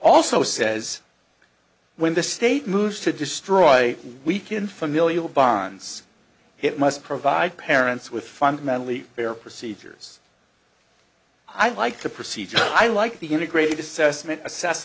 also says when the state moves to destroy weaken familial bonds hit must provide parents with fundamentally fair procedures i like the procedure i like the integrated assessment assess